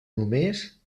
només